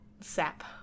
sap